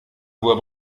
voix